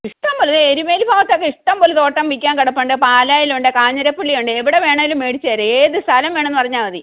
ഇഷ്ടംപോലെ ദേ എരുമേലി ഭാഗത്തൊക്കെ ഇഷ്ടംപോലെ തോട്ടം വിൽക്കാൻ കിടപ്പുണ്ട് പാലായിൽ ഉണ്ട് കാഞ്ഞിരപ്പള്ളിയുണ്ട് എവിടെ വേണമെങ്കിലും മേടിച്ചുതരാം ഏത് സ്ഥലം വേണം എന്ന് പറഞ്ഞാൽ മതി